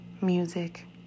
music